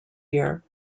year